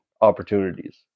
opportunities